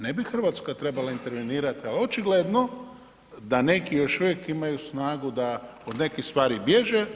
Ne bi Hrvatska trebala intervenirati ali očigledno da neki još uvijek imaju snagu da od nekih stvari bježe.